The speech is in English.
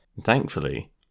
Thankfully